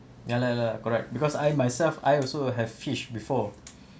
ya lah ya lah correct because I myself I also have fish before